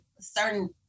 certain